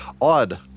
odd